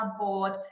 board